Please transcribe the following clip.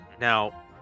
now